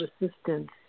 assistance